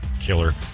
killer